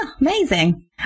Amazing